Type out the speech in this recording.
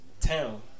Town